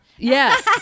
Yes